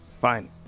fine